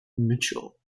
mitchell